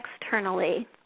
externally